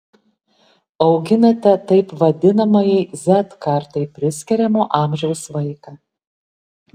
auginate taip vadinamajai z kartai priskiriamo amžiaus vaiką